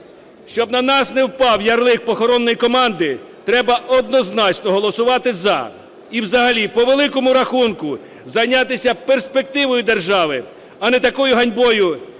Щоб на нас не впав ярлик "похоронної команди", треба однозначно голосувати "за". І взагалі, по великому рахунку, зайнятися перспективою держави, а не такою ганьбою,